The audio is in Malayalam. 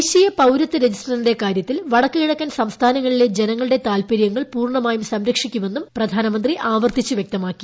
ദേശീയ പൌരത്വ രജിസ്ട്രറിന്റെ കാര്യത്തിൽ വടക്കു കിഴക്കൻ സംസ്ഥാനങ്ങളിലെ ജനങ്ങളുടെ താത്പര്യങ്ങൾ പൂർണമായും സംരക്ഷിക്കുമെന്നും പ്രധാനമന്ത്രി ആവർത്തിച്ചു വൃക്തമാക്കി